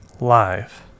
live